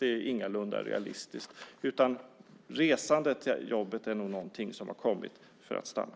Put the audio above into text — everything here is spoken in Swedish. Det är ingalunda realistiskt. Resandet till jobbet är nog någonting som har kommit för att stanna.